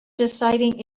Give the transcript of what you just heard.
deciding